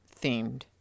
themed